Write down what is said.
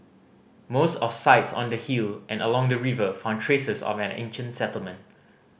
most of sites on the hill and along the river found traces of an ancient settlement